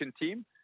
team